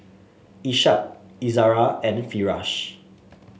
Ishak Izara and Firash